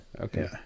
Okay